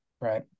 Right